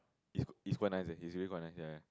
it's it's quite nice eh he's really quite nice ya ya